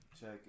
Check